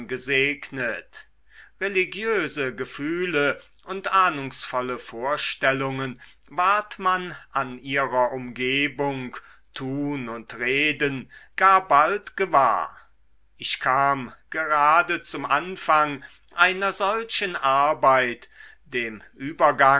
gesegnet religiose gefühle und ahnungsvolle vorstellungen ward man an ihrer umgebung tun und reden gar bald gewahr ich kam gerade zum anfang einer solchen arbeit dem übergang